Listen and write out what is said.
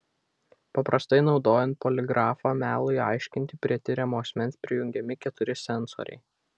paprastai naudojant poligrafą melui aiškinti prie tiriamo asmens prijungiami keturi sensoriai